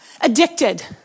addicted